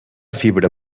fibra